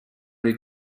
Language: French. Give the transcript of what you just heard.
les